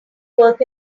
work